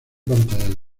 pantallas